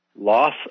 loss